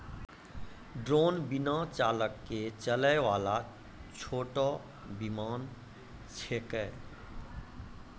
drone बिना चालक के चलै वाला छोटो विमान छेकै